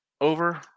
over